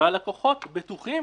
והלקוחות בטוחים